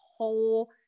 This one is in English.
whole